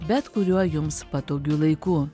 bet kuriuo jums patogiu laiku